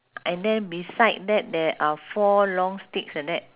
and then beside that there are four long sticks like that